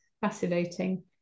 Fascinating